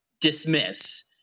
dismiss